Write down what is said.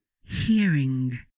hearing